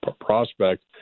prospect